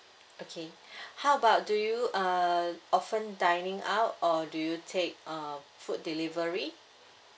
okay how about do you uh often dining out or do you take uh food delivery